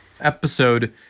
episode